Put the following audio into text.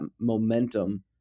momentum